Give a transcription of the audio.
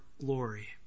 glory